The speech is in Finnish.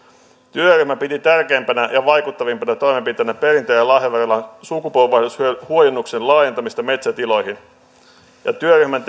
työryhmä piti tärkeimpänä ja vaikuttavimpana toimenpiteenä perintö ja lahjaverolain sukupolvenvaihdoksen huojennuksen laajentamista metsätiloihin ja työryhmän